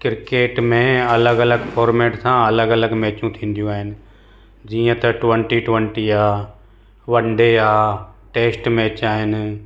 cricket में अलॻि अलॻि फॉर्मैट सां अलॻि अलॻि मैचियूं थींदियूं आहिनि जीअं त ट्वंटी ट्वंटी आहे वन डे आहे टेस्ट मैच आहिनि